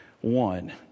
One